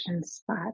spot